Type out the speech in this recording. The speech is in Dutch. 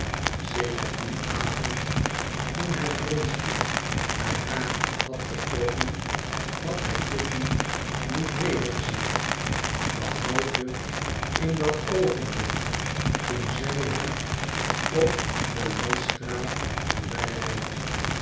sedert dien avond toen hij wronsky bij haar had getroffen had hij kitty niet wedergezien behalve in dat oogenblik toen zij hem op de landstraat voorbij